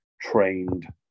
trained